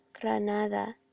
granada